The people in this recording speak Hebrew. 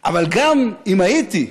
אבל גם אם הייתי,